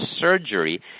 surgery